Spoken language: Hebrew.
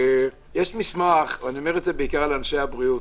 יש מסמך, ואני אומר את זה בעיקר לאנשי הבריאות